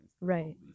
Right